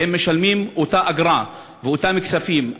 והם משלמים את אותה אגרה ואת אותם כספים.